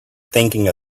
thinking